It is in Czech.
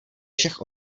všech